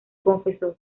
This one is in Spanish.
confesor